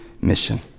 mission